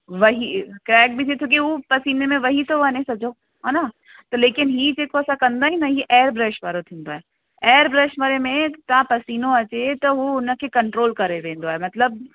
वही क्रेक बि थी सघे हू पसीने में वही थो वञे सॼो हान लेकिनि ई जेको असां कंदा आहियूं न ही एयर ब्रश वारो थींदो आहे एयर ब्रश वारे में तव्हां पसीनो अचे त हू हुनखे कंट्रोल करे वेंदो आहे मतलबु